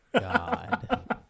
God